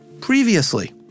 previously